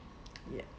yeah